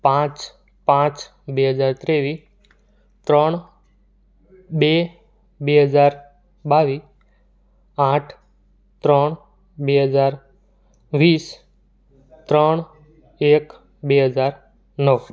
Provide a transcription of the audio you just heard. પાંચ પાંચ બે હજાર ત્રેવીસ ત્રણ બે બે હજાર બાવીસ આઠ ત્રણ બે હજાર વીસ ત્રણ એક બે હજાર નવ